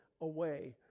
away